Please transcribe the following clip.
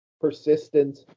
persistent